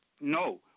No